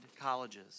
Colleges